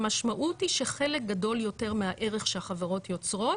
המשמעות היא שחלק גדול יותר מהערך שהחברות יוצרות